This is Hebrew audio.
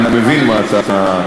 אני מבין מה אתה אומר,